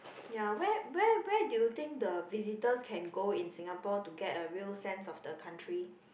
ya where where where do you think the visitors can go in Singapore to get a real sense of the country